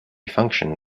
function